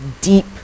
deep